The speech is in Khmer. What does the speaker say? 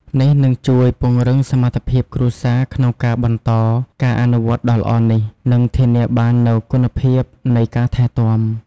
នេះនឹងជួយពង្រឹងសមត្ថភាពគ្រួសារក្នុងការបន្តការអនុវត្តន៍ដ៏ល្អនេះ និងធានាបាននូវគុណភាពនៃការថែទាំ។